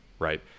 right